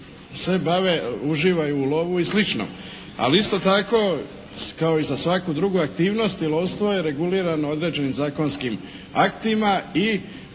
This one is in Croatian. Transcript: uživaju u lovu i slično. Ali isto tako kao i za svaku drugu aktivnost lovstvo je regulirano određenim zakonskim aktima i u lovstvu